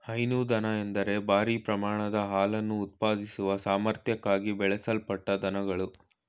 ಹೈನು ದನ ಎಂದರೆ ಭಾರೀ ಪ್ರಮಾಣದ ಹಾಲನ್ನು ಉತ್ಪಾದಿಸುವ ಸಾಮರ್ಥ್ಯಕ್ಕಾಗಿ ಬೆಳೆಸಲ್ಪಟ್ಟ ದನಗಳು